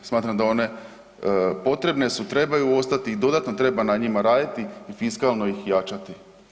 Smatram da one potrebne su, trebaju ostati i dodatno treba na njima raditi i fiskalno ih jačati.